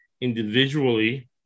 individually